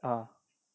ah